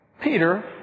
Peter